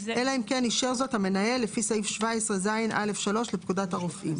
אלא אם כן אישר זאת המנהל לפי סעיף 17ז(א)(3) לפקודת הרופאים.